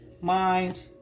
mind